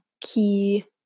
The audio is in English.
key